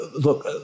look